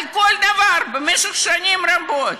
על כל דבר, במשך שנים רבות,